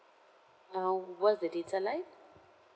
uh what's the data like